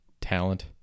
talent